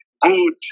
good